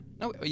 no